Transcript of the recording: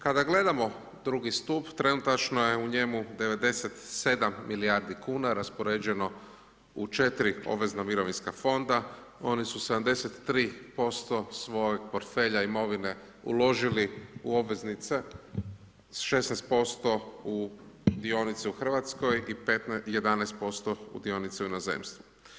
Kada gledamo II. stup trenutačno je u njemu 97 milijardi kuna raspoređeno u 4 obvezna mirovinska fonda, oni su 73% svog portfelja i imovine uložili u obveznice, 16% u dionice u Hrvatskoj i 11% u dionice u inozemstvu.